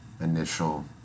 initial